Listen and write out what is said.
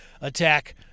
attack